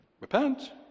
repent